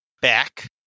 back